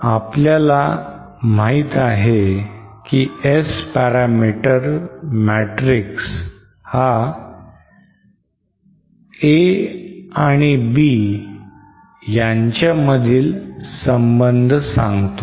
आपल्याला माहित आहे की S parameter matrix हा a आणि b मधील संबंध सांगतो